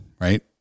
right